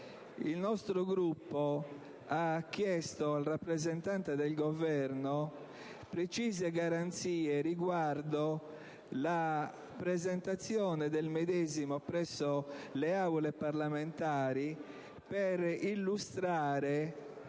il nostro Gruppo ha chiesto al rappresentante del Governo precise garanzie riguardo la presenza del medesimo presso le Aule parlamentari per illustrare,